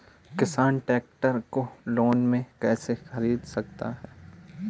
किसान ट्रैक्टर को लोन में कैसे ख़रीद सकता है?